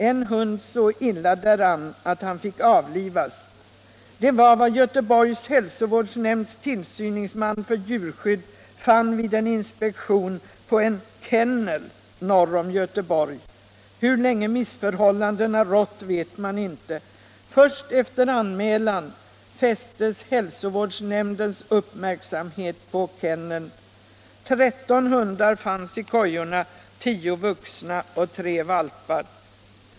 En hund så illa däran att han fick avlivas. Det var vad Göteborgs hälsovårdsnämnds tillsyningsman för djurskydd fann vid en inspektion på en "kennel" norr om Göteborg. Hur länge missförhållandena rått vet man inte. Först efter anmälan fästes hälsovårdsnämndens uppmärksamhet på kenneln. 13 hundar fanns i kojorna — 10 vuxna och 3 valpar.